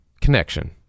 connection